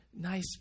Nice